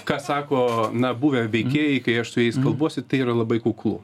ką sako na buvę veikėjai kai aš su jais kalbuosi tai yra labai kuklu